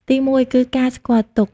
ទីមួយ គឺការស្គាល់ទុក្ខ។